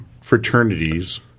fraternities